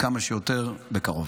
כמה שיותר בקרוב.